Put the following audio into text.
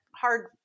hard